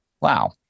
Wow